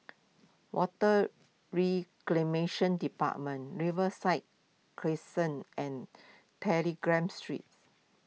Water Reclamation Department Riverside Crescent and telegram Streets